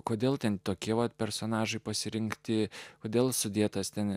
kodėl ten tokie vat personažai pasirinkti kodėl sudėtas ten